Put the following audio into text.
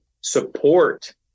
support